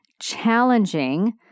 challenging